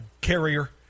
carrier